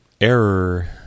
Error